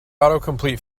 autocomplete